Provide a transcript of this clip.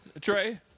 Trey